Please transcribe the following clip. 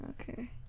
Okay